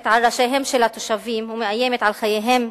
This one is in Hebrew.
על ראשיהם של התושבים ומאיימת על חייהם,